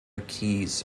keys